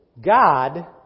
God